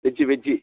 veg veg